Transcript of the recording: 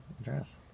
address